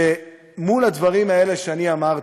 שמול הדברים האלה שאני אמרתי,